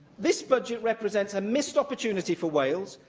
this budget represents a missed opportunity for wales.